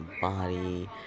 body